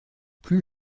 plus